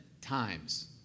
times